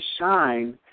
shine